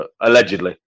allegedly